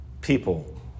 people